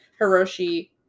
Hiroshi